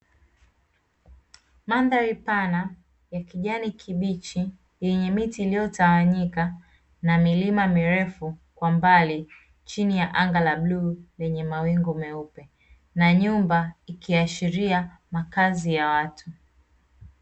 Mandhari pana ya kijani kibichi yenye miti iliyotawanyika na milima mirefu kwa mbali chini ya anga la bluu lenye mawingu meupe na nyumba ikiashiria makazi ya watu.